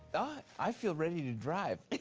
ah, i feel ready to drive.